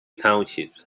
townships